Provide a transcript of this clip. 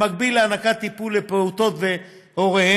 במקביל להענקת טיפול לפעוטות ולהוריהם,